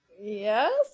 Yes